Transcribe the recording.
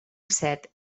set